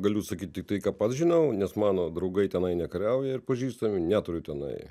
galiu sakyt tiktai ką pats žinau nes mano draugai tenai nekariauja ir pažįstamų neturiu tenai